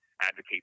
advocate